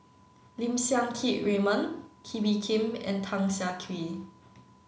Lim Siang Keat Raymond Kee Bee Khim and Tan Siah Kwee